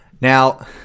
Now